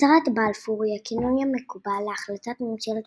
הצהרת בלפור היא הכינוי המקובל להחלטת ממשלת